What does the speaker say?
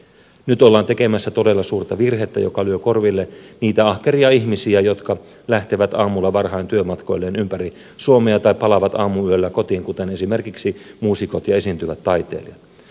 nyt ollaan tekemässä todella suurta virhettä joka lyö korville niitä ahkeria ihmisiä jotka lähtevät aamulla varhain työmatkoilleen ympäri suomea tai palaavat aamuyöllä kotiin kuten esimerkiksi muusikot ja esiintyvät taiteilijat